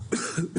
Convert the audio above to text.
בבקשה.